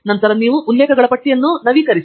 ನಂತರ ನೀವು ಉಲ್ಲೇಖಗಳ ಪಟ್ಟಿಯನ್ನು ನವೀಕರಿಸಿ